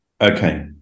okay